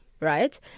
right